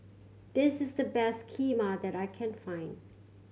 this is the best Kheema that I can find